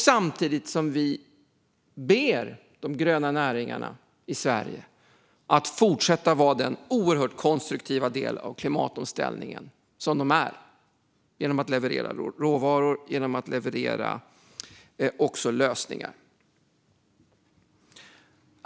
Samtidigt ber vi de gröna näringarna i Sverige att fortsätta vara den oerhört konstruktiva del av klimatomställningen som de är genom att leverera råvaror och också lösningar.